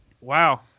wow